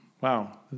wow